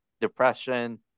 depression